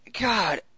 God